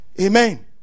Amen